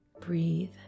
Breathe